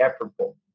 effortful